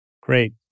Great